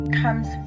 comes